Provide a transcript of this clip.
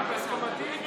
רק בהסכמתי,